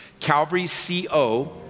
CalvaryCO